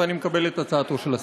ואני מקבל את הצעתו של השר.